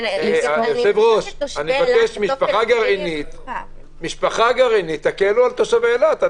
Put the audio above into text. היושב-ראש, משפחה גרעינית תקלו על תושבי אילת.